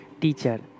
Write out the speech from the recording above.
teacher